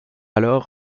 alors